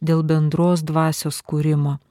dėl bendros dvasios kūrimo